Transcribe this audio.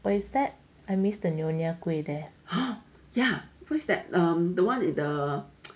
I miss the nyonya kueh there